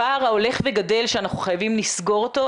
הפער ההולך וגדל שאנחנו חייבים לסגור אותו,